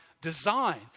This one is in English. design